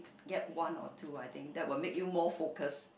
get one or two I think that will make you more focus